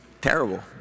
terrible